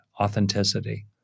authenticity